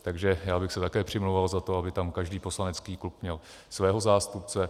Takže já bych se také přimlouval za to, aby tam každý poslanecký klub měl svého zástupce.